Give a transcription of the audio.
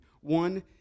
one